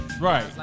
Right